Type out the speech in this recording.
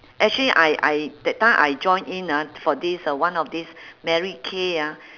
actually I I that time I joined in ah for this uh one of this mary kay ah